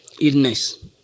illness